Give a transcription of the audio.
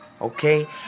Okay